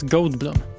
Goldblum